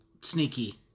sneaky